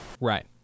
Right